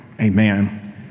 amen